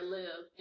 live